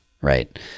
right